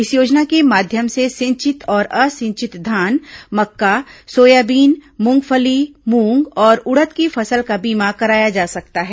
इस योजना के माध्यम से सिंचित और असिंचित धान मक्का सोयाबीन मूंगफली मूंग और उड़द की फसल का बीमा कराया जा सकता है